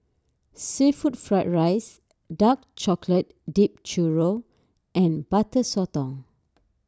Seafood Fried Rice Dark Chocolate Dipped Churro and Butter Sotong